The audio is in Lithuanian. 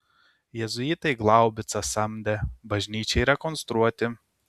jėzuitai glaubicą samdė bažnyčiai rekonstruoti